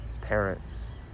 parents